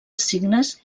signes